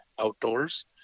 outdoors